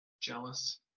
jealous